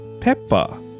peppa